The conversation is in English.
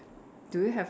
do you have